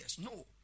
No